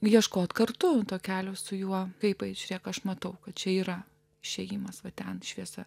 ieškot kartu to kelio su juo kaip žiūrėk aš matau kad čia yra išėjimas va ten šviesa